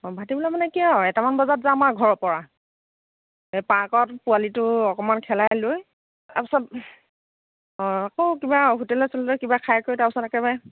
অঁ ভাটি বেলা মানে কি আৰু এটামান বজাত যাম আৰু ঘৰৰ পৰা এই পাৰ্কত পোৱালিটো অকণমান খেলাই লৈ তাৰপাছত অঁ আকৌ কিবা হোটেলে চোটেলে কিবা খাই কৰি তাৰপাছত একেবাৰে